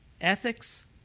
ethics